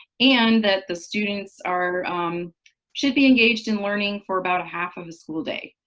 and that the students are um should be engaged in learning for about a half of a school day.